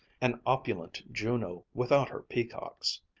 an opulent juno without her peacocks.